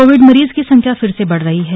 Covid मरीजों की संख्या फिर से बढ़ रही है